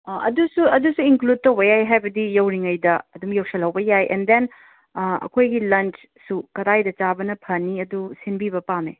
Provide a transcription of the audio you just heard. ꯑꯗꯨꯁꯨ ꯑꯗꯨꯁꯨ ꯏꯟꯀ꯭ꯂꯨꯗ ꯇꯧꯕ ꯌꯥꯏ ꯍꯥꯏꯕꯗꯤ ꯌꯧꯔꯤꯉꯩꯗ ꯑꯗꯨꯨꯝ ꯌꯧꯁꯜꯍꯧꯕ ꯌꯥꯏ ꯑꯦꯟ ꯗꯦꯟ ꯑꯩꯈꯣꯏꯒꯤ ꯂꯟ꯭ꯆꯁꯨ ꯀꯗꯥꯏꯗ ꯆꯥꯕꯅ ꯐꯅꯤ ꯑꯗꯨ ꯁꯤꯟꯕꯤꯕ ꯄꯥꯝꯃꯦ